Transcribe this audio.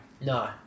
No